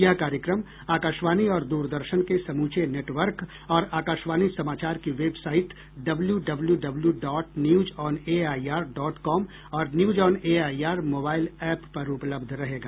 यह कार्यक्रम आकाशवाणी और द्रदर्शन के समूचे नेटवर्क और आकाशवाणी समाचार की website W W W dot news on AIR dot com और news on AIR mobile app पर उपलब्ध रहेगा